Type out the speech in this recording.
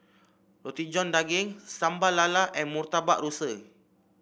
Roti John Daging Sambal Lala and Murtabak Rusa